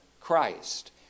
Christ